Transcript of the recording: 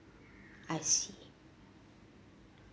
I see